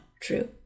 True